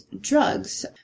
drugs